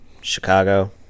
Chicago